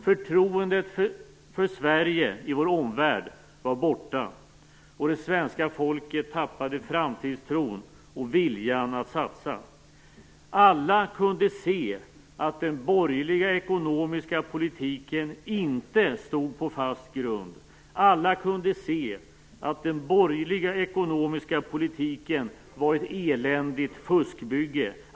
Förtroendet för Sverige i vår omvärld var borta. Det svenska folket tappade framtidstron och viljan att satsa. Alla kunde se att den borgerliga ekonomiska politiken inte stod på fast grund. Alla kunde se att den borgerliga ekonomiska politiken var ett eländigt fuskbygge.